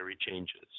changes